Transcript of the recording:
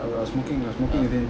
I was smoking I was smoking with him